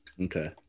Okay